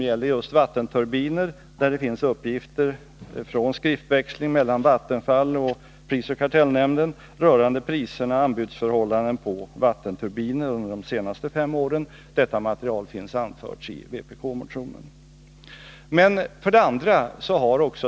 Det finns uppgifter i skriftväxlingen mellan Vattenfall och SPK rörande priser och anbudsförhållanden på vattenturbiner under de senaste fem åren. I vpk-motionen omnämner vi detta material.